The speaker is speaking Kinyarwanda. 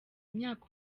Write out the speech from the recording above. imyaka